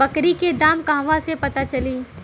बकरी के दाम कहवा से पता चली?